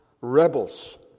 rebels